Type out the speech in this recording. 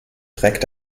trägt